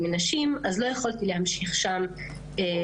הוא נמצא בכל מרחב.